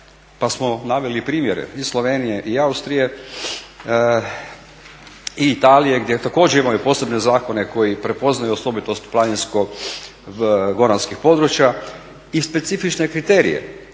pa smo naveli primjere i Slovenije, Austrije, Italije gdje također imaju posebne zakone koji prepoznaju osobitost planinsko-goranskih područja i specifične kriterije